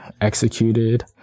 executed